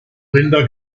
rinder